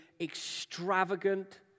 extravagant